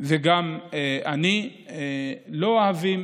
וגם אני לא אוהבים